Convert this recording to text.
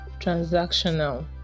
transactional